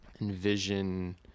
envision